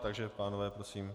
Takže pánové, prosím.